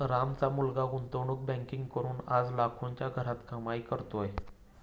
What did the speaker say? रामचा मुलगा गुंतवणूक बँकिंग करून आज लाखोंच्या घरात कमाई करतोय